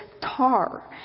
tar